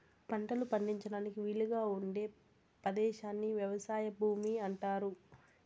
పంటలు పండించడానికి వీలుగా ఉండే పదేశాన్ని వ్యవసాయ భూమి అంటారు